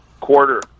Quarter